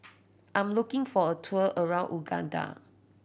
I'm looking for a tour around Uganda